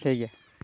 ᱴᱷᱤᱠ ᱜᱮᱭᱟ